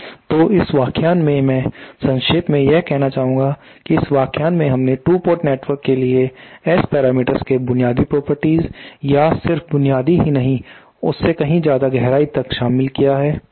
तो इस व्याख्यान के लिए मैं संक्षेप में यह कहना चाहूंगा कि इस व्याख्यान में हमने 2 पोर्ट नेटवर्क के लिए एस पैरामीटर्स के बुनियादी प्रॉपर्टीज या सिर्फ बुनियादी ही नहीं उससे कहीं ज्यादा गहराई तक शामिल किया है